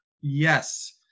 Yes